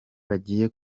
bagiye